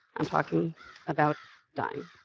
i'm talking about dying.